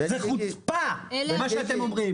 זה חוצפה מה שאתם אומרים.